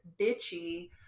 bitchy